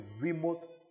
remote